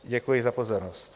Děkuji za pozornost.